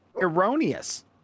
erroneous